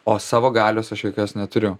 o savo galios aš jokios neturiu